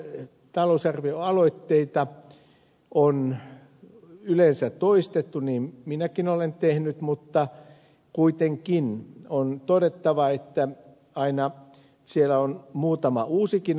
näitä talousarvioaloitteita on yleensä toistettu niin minäkin olen tehnyt mutta kuitenkin on todettava että aina siellä on muutama uusikin aloite